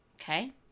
okay